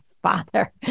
father